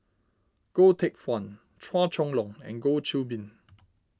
Goh Teck Phuan Chua Chong Long and Goh Qiu Bin